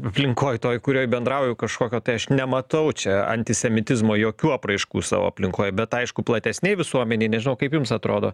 aplinkoj toj kurioj bendrauju kažkokio tai aš nematau čia antisemitizmo jokių apraiškų savo aplinkoj bet aišku platesnėj visuomenėj nežinau kaip jums atrodo